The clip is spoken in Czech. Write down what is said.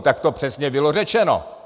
Tak to přesně bylo řečeno.